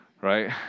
right